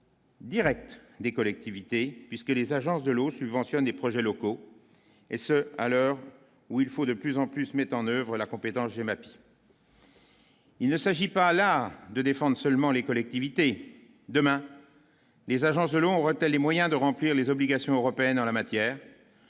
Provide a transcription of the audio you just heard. Direct des collectivités puisque les agences de l'eau subventionnée projets locaux et ce, à l'heure où il faut de plus en plus mettent en oeuvre la compétence, j'ai ma pied. Il ne s'agit pas là de défendent seulement les collectivités demain les agences de l'on va-t-elle les moyens de remplir les obligations européennes en la matière,